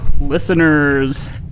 listeners